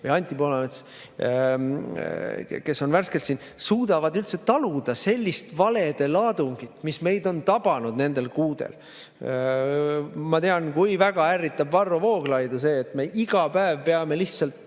või Anti Poolamets, kes on värskelt siin, suudavad üldse taluda sellist valede laadungit, mis meid on tabanud nendel kuudel. Ma tean, kui väga ärritab Varro Vooglaidu see, et me iga päev peame lihtsalt